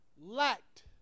lacked